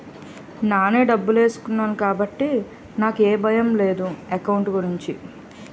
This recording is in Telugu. నానే డబ్బులేసుకున్నాను కాబట్టి నాకు ఏ భయం లేదు ఎకౌంట్ గురించి